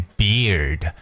beard 。